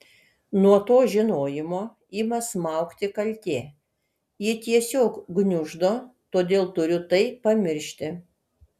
nuo to žinojimo ima smaugti kaltė ji tiesiog gniuždo todėl turiu tai pamiršti